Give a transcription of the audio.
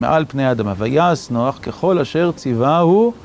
מעל פני אדם ויעש נוח ככול אשר ציווהו.